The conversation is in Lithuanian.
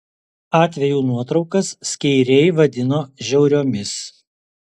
atvejų nuotraukas skeiriai vadino žiauriomis